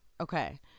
Okay